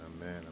amen